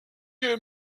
que